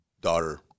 daughter